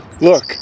Look